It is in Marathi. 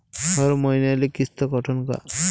हर मईन्याले किस्त कटन का?